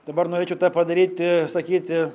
dabar norėčiau tą padaryti sakyti